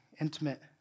intimate